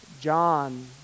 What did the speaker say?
John